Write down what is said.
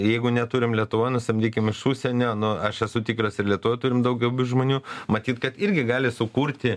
jeigu neturim lietuvoj nusamdykim iš užsienio nu aš esu tikras ir lietuvoj turim daug gabių žmonių matyt kad irgi gali sukurti